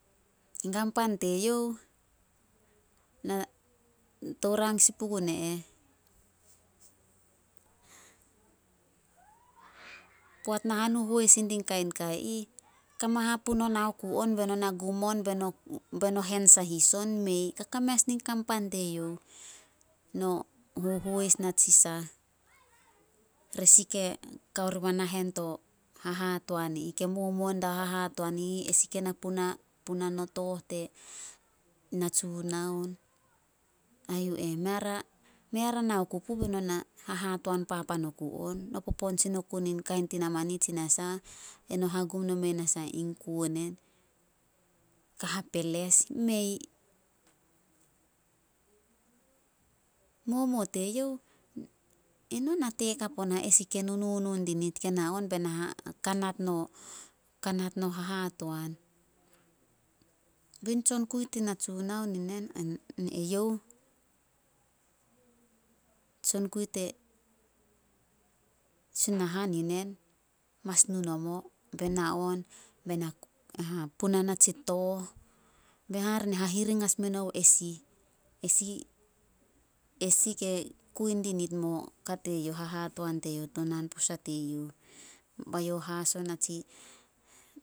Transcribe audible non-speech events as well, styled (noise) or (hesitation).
Gan pan teyouh, na tou rang sin pugun e eh, (noise) poat nahanu hois sin din kain kai ih. Koma hapu no na oku on be no na gum be no- be no hen sahis on. Mei, e kakame as nin kan pan teyouh. (noise) No hohois natsi sah, re sih ke kao riba to hahatoan i ih. Ke momuo dio hahaton i ih, esih ke na puna- puna no tooh (unintelligible) Natsunaon. A yu eh, meara- meara na oku puh be nona hahatoan papan oku on. No popon sin oku nin kain tin namani tsi nasah. Eno hangum nomei nasah in kuo nen. Ka hapeles, mei. (unintelligible) Momuo teyouh, eno nate hakap onah esih ke nunu dinit ke na on be na (unintelligible) kanat no hahatoan. Bein tsonkui tin Natsunaon yu nen. (unintelligible) Tsonkui te (unintelligible) Sunahan yu nen mas nu nomo, be na on be na (hesitation) puna na tsi tooh. Be hare ne hahiring as menouh esih- esih- esih ke kui dinit mo (unintelligible) hahatoan teyouh to naan posa teyouh. Bae youh haso na tsi